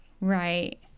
right